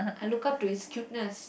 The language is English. I look up to his cuteness